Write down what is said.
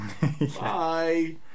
bye